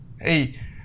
Hey